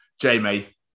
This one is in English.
Jamie